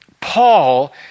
Paul